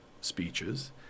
speeches